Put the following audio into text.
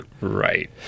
right